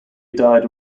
died